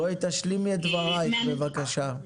בואי תשלימי את דברייך בבקשה.